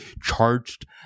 charged